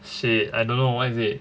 shit I don't know what is it